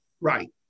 Right